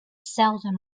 seldom